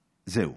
זהו,